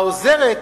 העוזרת,